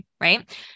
right